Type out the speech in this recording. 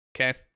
Okay